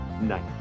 Night